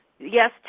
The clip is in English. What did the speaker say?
Yes